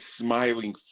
smiling